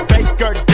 Baker